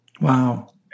Wow